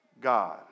God